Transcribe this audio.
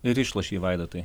ir išlošei vaidotai